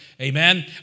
amen